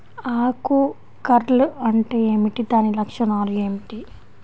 ఆకు కర్ల్ అంటే ఏమిటి? దాని లక్షణాలు ఏమిటి?